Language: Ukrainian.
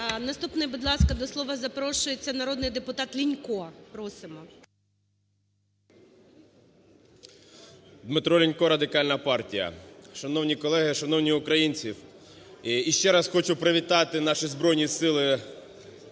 Наступний, будь ласка, до слова запрошується народний депутат Лінько. Просимо. 10:25:29 ЛІНЬКО Д.В. Дмитро Лінько, Радикальна партія. Шановні колеги, шановні українці! Ще раз хочу привітати наші Збройні Сили